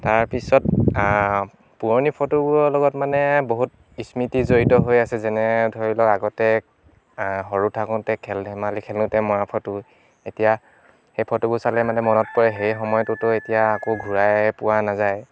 তাৰপিছত পুৰণি ফটোবোৰৰ লগত মানে বহুত ইস্মৃতি জড়িত হৈ আছে যেনে ধৰি লওক আগতে সৰু থাকোঁতে খেল ধেমালি খেলোতে মৰা ফটো এতিয়া সেই ফটোবোৰ চালে মানে মনত পৰে সেই সময়টোতো এতিয়া আকৌ ঘূৰাই পোৱা নেযায়